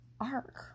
arc